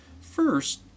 First